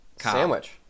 sandwich